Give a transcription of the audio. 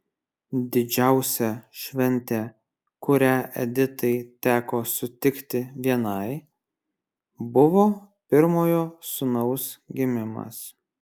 didžiausia šventė kurią editai teko sutikti vienai buvo pirmojo sūnaus gimimas